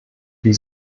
wie